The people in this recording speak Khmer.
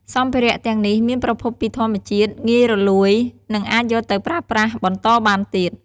សម្ភារៈទាំងនេះមានប្រភពពីធម្មជាតិ ងាយរលួយ និងអាចយកទៅប្រើប្រាស់បន្តបានទៀត។